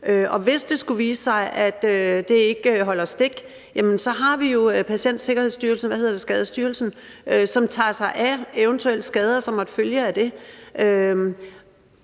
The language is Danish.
hvis det skulle vise sig ikke at holde stik, har vi jo Patienterstatningen , som tager sig af eventuelle skader, som måtte følge af det